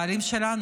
הבעלים שלנו,